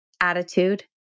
attitude